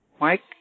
Mike